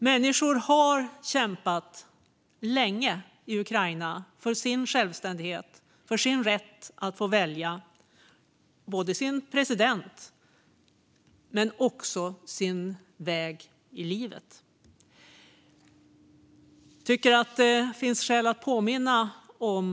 Människor har kämpat länge i Ukraina för sin självständighet och för sin rätt att få välja sin president och sin väg i livet. Det nämndes att president Zelenskyj talat här i kammaren.